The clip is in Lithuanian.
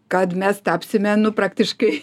kad mes tapsime nu praktiškai